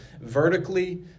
vertically